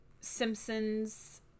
Simpsons